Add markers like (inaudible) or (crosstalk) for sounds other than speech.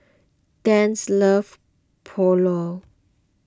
(unintelligible) love Pulao